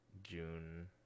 june